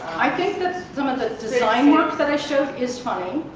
i think that some of the design work that i showed is funny.